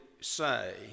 say